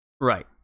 Right